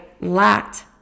lacked